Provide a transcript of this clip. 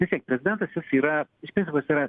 vis tiek prezidentas jis yra iš principo jis yra